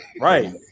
right